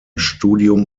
studium